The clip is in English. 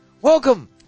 Welcome